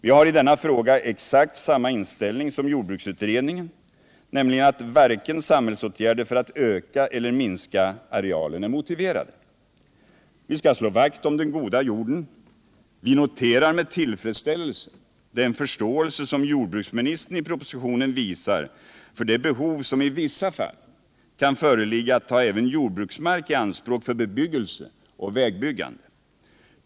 Vi har i denna fråga exakt samma inställning som jordbruksutredningen, nämligen att inga samhällsåtgärder för att öka eller minska arealen är motiverade. Vi skall slå vakt om den goda jorden. Vi noterar med tillfredsställelse den förståelse som jordbruksministern i propositionen visar för det behov som i vissa fall kan föreligga att ta även jordbruksmark i anspråk för bebyggelse och vägbyggande.